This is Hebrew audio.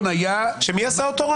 מי עשה אותו,